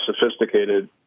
sophisticated